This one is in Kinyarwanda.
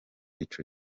ico